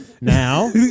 Now